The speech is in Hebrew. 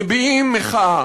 מביעים מחאה,